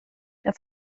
der